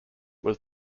was